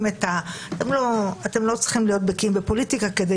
אתם לא צריכים להיות בקיאים בפוליטיקה כדי